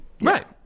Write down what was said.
Right